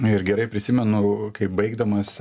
ir gerai prisimenu kaip baigdamas